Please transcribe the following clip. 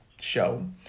show